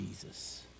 Jesus